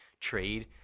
trade